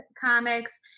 comics